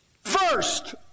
first